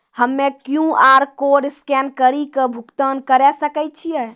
हम्मय QR code scan कड़ी के भुगतान करें सकय छियै?